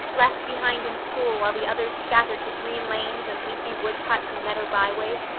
left behind in school while the others scattered to green lanes and leafy wood cuts and meadow byways,